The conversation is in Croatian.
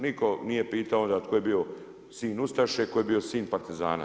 Nitko nije pitao onda tko je bio sin ustaše, tko je bio sin partizana.